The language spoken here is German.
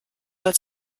als